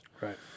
Right